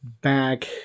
back